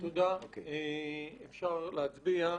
תודה, אפשר להצביע.